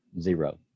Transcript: zero